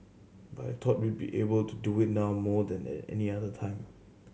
but I thought we be able to do it now more than at any other time